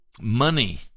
money